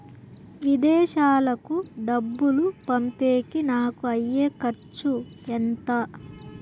విదేశాలకు డబ్బులు పంపేకి నాకు అయ్యే ఖర్చు ఎంత?